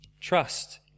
Trust